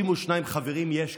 32 חברים יש כאן.